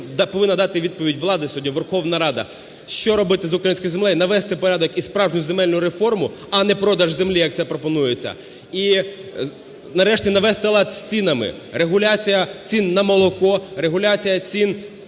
повинна дати відповідь влада сьогодні, Верховна Рада, що робити з українською землею, навести порядок і справжню земельну реформу, а не продаж землі, як це пропонується. І нарешті навести лад з цінами: регуляція цін на молоко, регуляція цін